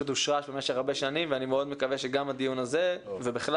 הושרש במשך הרבה שנים ואני מאוד מקווה שגם הדיון הזה ובכלל,